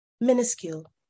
minuscule